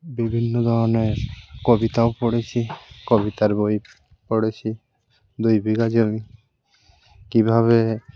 বিভিন্ন ধরনের কবিতাও পড়েছি কবিতার বই পড়েছি দুই বিঘা জমি কীভাবে